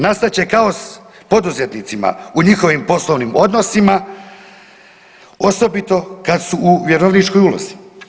Nastat će kaos poduzetnicima u njihovim poslovnim odnosima osobito kad su u vjerovničkoj ulozi.